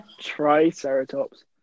Triceratops